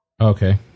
Okay